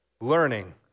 learning